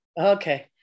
Okay